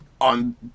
on